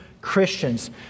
Christians